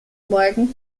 morgen